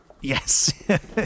Yes